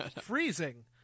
Freezing